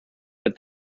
but